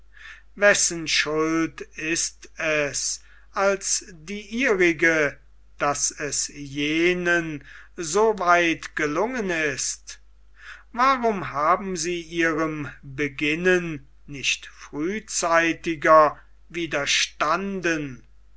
wessen schuld ist es als die ihrige daß es jenen so weit gelungen ist warum haben sie ihrem beginnen nicht frühzeitiger widerstanden